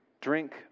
Drink